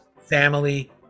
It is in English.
family